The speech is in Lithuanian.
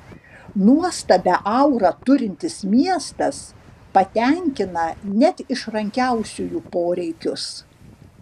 nuostabią aurą turintis miestas patenkina net išrankiausiųjų poreikius